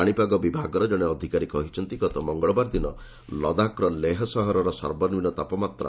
ପାଣିପାଗ ବିଭାଗର ଜଣେ ଅଧିକାରୀ କହିଛନ୍ତି ଗତ ମଙ୍ଗଳବାର ଦିନ ଲଦାଖର ଲେହ ସହରର ସର୍ବନିମ୍ନ ତାପମାତ୍